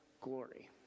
glory